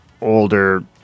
older